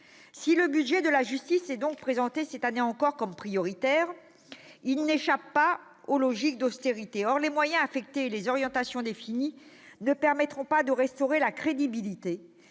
Si le budget de la justice est donc présenté, cette année encore, comme prioritaire, il n'échappe pas aux logiques d'austérité. Or les moyens affectés et les orientations définies ne permettront pas de restaurer la crédibilité